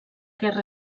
guerra